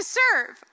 serve